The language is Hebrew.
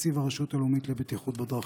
מתקציב הרשות הלאומית לבטיחות בדרכים.